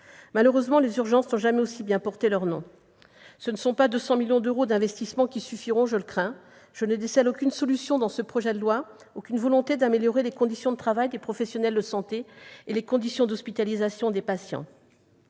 Malheureusement, les urgences n'ont jamais aussi bien porté leur nom : ce ne sont pas 200 millions d'euros d'investissements qui suffiront, je le crains ! Je ne décèle aucune solution dans ce projet de loi de financement de la sécurité sociale, aucune volonté d'améliorer les conditions de travail des professionnels de santé et les conditions d'hospitalisation des patients.